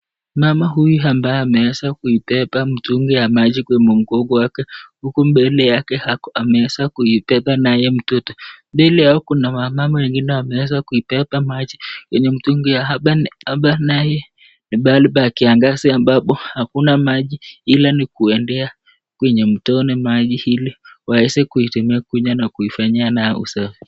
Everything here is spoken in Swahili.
Mama huyu ambaye ameweza kuibeba mtungi ya maji kwenye mgongo wake huku mbele yake ameweza kubeba naye mtoto, mbele yao kuna wamama wengine wameweza kiibeba maji kwenye mitungi , hapa naye ni pahali pa kingazi ambapo hakuna maji ila ni kundea kwenye mtoni maji ili waweze kunywa na kuifanyia nayo usafi.